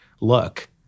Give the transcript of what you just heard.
look